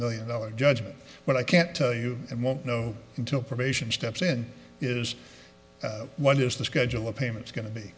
million dollars judgment but i can't tell you and won't know until probation steps in is what is the schedule of payments going to be